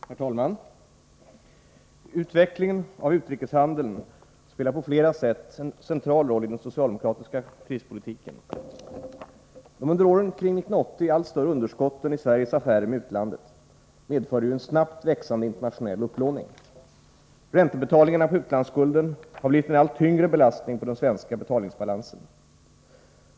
Herr talman! Utvecklingen av utrikeshandeln spelar på flera sätt en central roll i den socialdemokratiska krispolitiken. De under åren kring 1980 allt större underskotten i Sveriges affärer med utlandet medförde en snabbt växande internationell upplåning. Räntebetalningarna på utlandsskulden har blivit en allt tyngre belastning på den svenska betalningsbalansen.